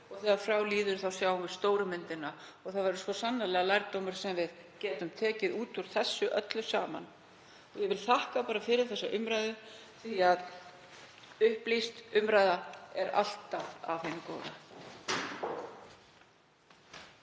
Þegar frá líður sjáum við stóru myndina og það verður svo sannarlega lærdómur sem við getum tekið út úr þessu öllu saman. Ég vil þakka fyrir þessa umræðu því að upplýst umræða er alltaf af hinu góða.